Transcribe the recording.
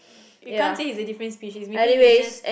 you can't say he's a different species maybe he's just